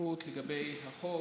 ארוכות לגבי החוק.